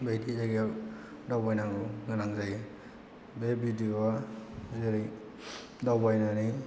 बेबायदि जायगायाव दावबायनांगौ गोनां जायो बे भिडिय'आ जेरै दावबायनानै